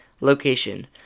Location